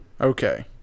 Okay